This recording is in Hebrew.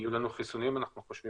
אנחנו לא